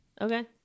Okay